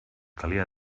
calia